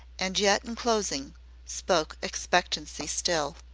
and yet in closing spoke expectancy still.